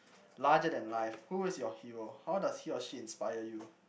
larger than life who is your hero how does he or she inspire you